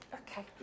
okay